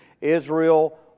Israel